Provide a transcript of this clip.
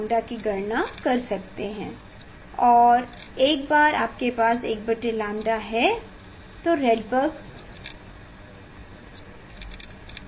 n बराबर 3 के लिए एक विशेष रंग माना लाल रंग हैं तो आप उसके लिए रेडबर्ग नियतांक की गणना करते हैं और फिर अगले रंग n बराबर 4 के लिए रेडबर्ग नियतांक की गणना करते हैं